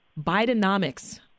Bidenomics